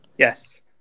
Yes